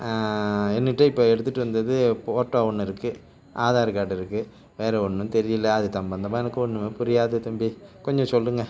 என்னுக்கிட்ட இப்போ எடுத்துட்டு வந்தது போட்டோ ஒன்று இருக்குது ஆதார் கார்டு இருக்குது வேறு ஒன்றும் தெரியலை அது சம்மந்தமா எனக்கு ஒன்றுமே புரியாது தம்பி கொஞ்சம் சொல்லுங்கள்